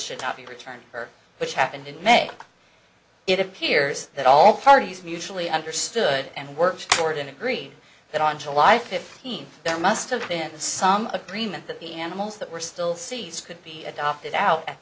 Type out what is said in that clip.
should not be returned to her which happened in may it appears that all parties mutually understood and work forward in agree that on july fifteenth there must have been some agreement that the animals that were still sees could be adopted out at